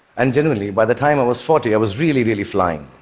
and generally, by the time i was forty, i was really, really flying.